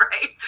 right